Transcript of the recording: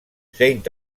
saint